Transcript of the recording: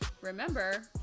remember